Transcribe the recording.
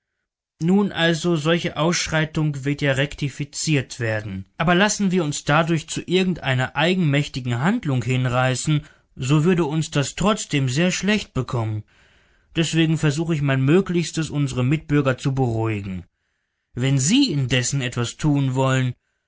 nun also solche ausschreitung wird ja rektifiziert werden aber lassen wir uns dadurch zu irgendeiner eigenmächtigen handlung hinreißen so würde uns das trotzdem sehr schlecht bekommen deswegen versuch ich mein möglichstes unsre mitbürger zu beruhigen wenn sie indessen etwas tun wollen